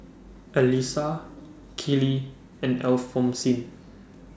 Elisa Keely and Alphonsine